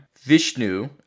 Vishnu